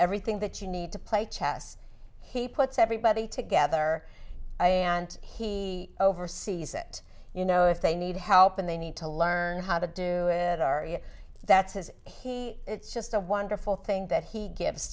everything that you need to play chess he puts everybody together and he oversees it you know if they need help and they need to learn how to do it are you that's is he it's just a wonderful thing that he g